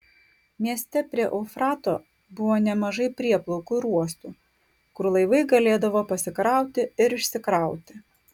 mieste prie eufrato buvo nemažai prieplaukų ir uostų kur laivai galėdavo pasikrauti ir išsikrauti